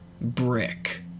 brick